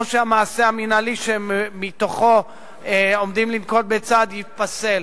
או שהמעשה המינהלי שמתוכו עומדים לנקוט את הצעד ייפסל.